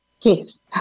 Yes